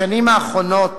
בשנים האחרונות